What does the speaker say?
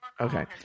Okay